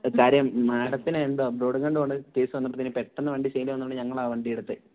കാര്യം മാഡത്തിന് എന്തോ അബ്രോഡെങ്ങാണ്ട് പോകേണ്ട കേസ് വന്നപ്പോഴത്തേക്ക് പെട്ടെന്ന് വണ്ടി സെയില് വന്നതുകൊണ്ട് ഞങ്ങളാണ് വണ്ടിയെടുത്തത്